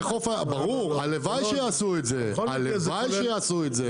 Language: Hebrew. ברור, הלוואי שיעשו את זה, הלוואי שיעשו את זה.